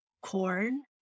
corn